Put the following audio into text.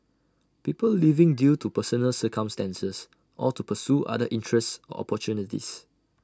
people leaving due to personal circumstances or to pursue other interests or opportunities